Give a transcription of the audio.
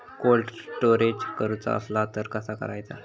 Cold storage करूचा असला तर कसा करायचा?